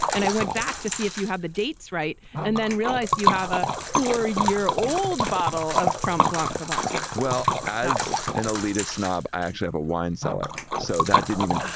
and i went back to see if you had the dates. right. and then realized you have a four year old bottle of trump blocked a bong well, as an elitist snob i actually have a wine cellar. so that didn't even.